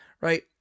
right